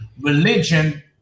religion